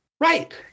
Right